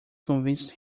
convinced